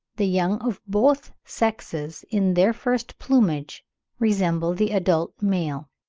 the young of both sexes in their first plumage resemble the adult male.